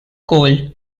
coal